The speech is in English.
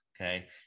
okay